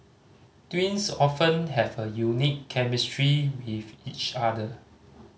twins often have a unique chemistry with each other